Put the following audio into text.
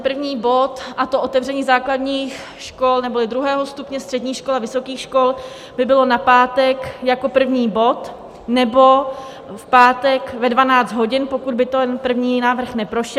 První bod, a to otevření základních škol neboli druhého stupně, středních škol a vysokých škol, by bylo na pátek jako první bod, nebo v pátek ve 12 hodin, pokud by ten první návrh neprošel.